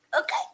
Okay